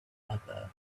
other